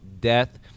death